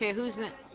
yeah who's next?